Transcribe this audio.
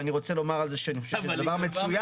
ואני רוצה לומר על זה שאני חושב שזה דבר מצוין